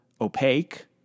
opaque